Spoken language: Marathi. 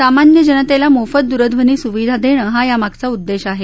सामन्य जनतेला मोफत दूरध्वनी सुविधा देणं हा यामागचा उद्देश आहे